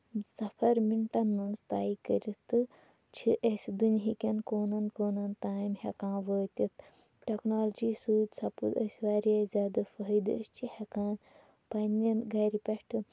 صفر مِنٹَن منٛز طے کٔرِتھ تہٕ چھِ أسۍ دُنہیٖکین کوٗنن کوٗنن تام ہٮ۪کان وٲتِتھ ٹیکنولجی سۭتۍ سَپُد اَسہِ واریاہ زیادٕ فٲیدٕ أسۍ چھِ ہٮ۪کان پَنٕنین گرِ پٮ۪ٹھٕ